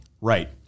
Right